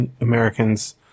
Americans